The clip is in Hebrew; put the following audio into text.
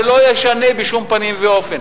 ולהם זה לא ישנה בשום פנים ואופן.